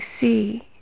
see